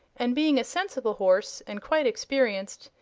and being a sensible horse and quite experienced,